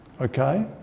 okay